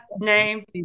name